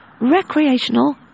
recreational